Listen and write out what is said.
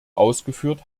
ausgeführt